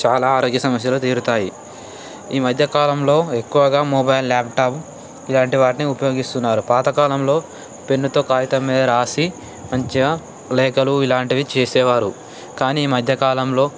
చాలా ఆరోగ్య సమస్యలు తీరుతాయి ఈ మధ్యకాలంలో ఎక్కువగా మొబైల్ ల్యాప్టాప్ ఇలాంటి వాటిని ఉపయోగిస్తున్నారు పాతకాలంలో పెన్నుతో కాగితం మీద రాసి మంచిగా లేఖలు ఇలాంటివి చేసేవారు కానీ ఈ మధ్యకాలంలో